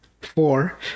Four